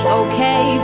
okay